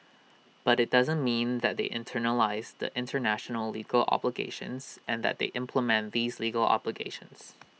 but IT doesn't mean that they internalise the International legal obligations and that they implement these legal obligations